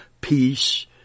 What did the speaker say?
peace